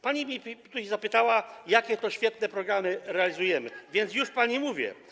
Pani tutaj zapytała, jakie to świetne programy realizujemy, więc już pani mówię.